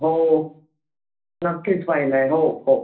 हो नक्कीच पाहिलं आहे हो हो